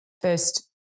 first